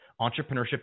Entrepreneurship